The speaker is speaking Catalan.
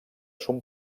son